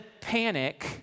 panic